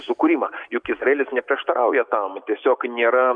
sukūrimą juk izraelis neprieštarauja tam tiesiog nėra